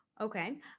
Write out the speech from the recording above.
Okay